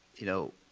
you know,